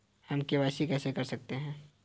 हम के.वाई.सी कैसे कर सकते हैं?